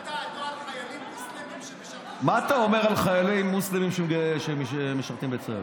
מה אתה אומר על חיילים מוסלמים שמשרתים בצה"ל?